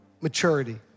maturity